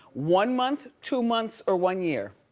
one month, two months or one year.